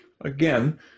again